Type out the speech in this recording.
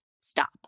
Stop